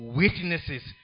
witnesses